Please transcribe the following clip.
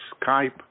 Skype